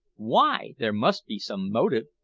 why? there must be some motive!